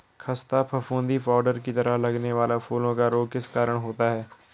खस्ता फफूंदी पाउडर की तरह लगने वाला फूलों का रोग किस कारण होता है?